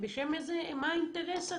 מה האינטרס?